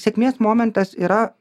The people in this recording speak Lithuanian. sėkmės momentas yra